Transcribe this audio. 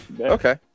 Okay